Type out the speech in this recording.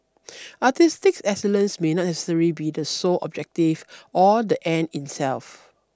artistic excellence may not necessarily be the sole objective or the end in self